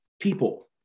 people